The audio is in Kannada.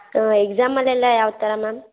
ಹ್ಞೂ ಎಕ್ಸಾಮಲೆಲ್ಲ ಯಾವ ಥರ ಮ್ಯಾಮ್